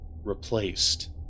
replaced